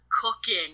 cooking